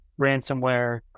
ransomware